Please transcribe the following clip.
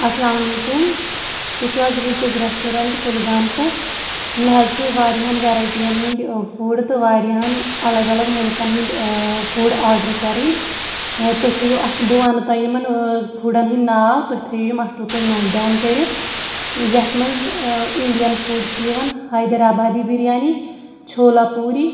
اَسلامُ علیکُم تُہۍ چھِو حظ رِٹٕز ریسٹورَنٛٹ کُلگام پٮ۪ٹھ مےٚ حظ چھِ واریِہَن ویرایٹی یَن ہٕنٛدۍ فُڈ تہٕ واریِہَن الگ الگ مُلکَن ہٕنٛدۍ فُڈ آرڈر کَرٕنۍ تُہۍ تھٲیِو اَسہٕ بہٕ وَنہٕ تۄہہِ یِمَن فُڈَن ہِنٛدۍ ناو تُہۍ تھٲیِو یِم اَصٕل پٲٹھۍ نوٹ ڈاوُن کٔرِتھ یَتھ منٛز اِنڈیَن فُڈ چھِ یِوان ہایدٕرابادی بِریانی چھولا پوٗری